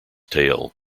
tale